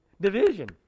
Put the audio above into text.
Division